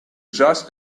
just